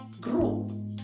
Grow